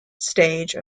stage